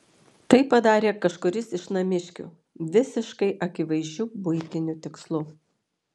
tai padarė kažkuris iš namiškių visiškai akivaizdžiu buitiniu tikslu